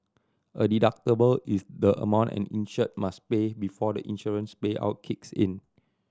a deductible is the amount an insured must pay before the insurance payout kicks in